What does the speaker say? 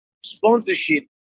sponsorship